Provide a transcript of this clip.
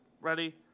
ready